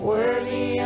Worthy